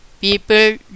People